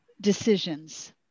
decisions